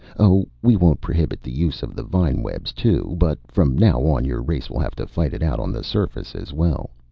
oh, we won't prohibit the use of the vine-webs too, but from now on your race will have to fight it out on the surface as well.